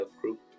group